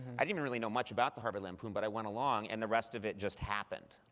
i didn't really know much about the harvard lampoon, but i went along, and the rest of it just happened.